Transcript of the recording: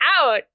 out